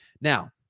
Now